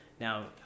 Now